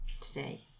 today